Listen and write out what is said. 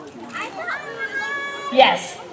Yes